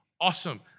Awesome